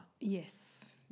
Yes